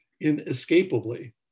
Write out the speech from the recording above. inescapably